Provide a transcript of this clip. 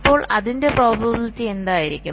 അപ്പോൾ അതിന്റെ പ്രോബബിലിറ്റി എന്തായിരിക്കും